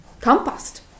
compost